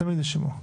תמיד יש שימוע.